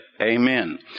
Amen